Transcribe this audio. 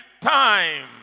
time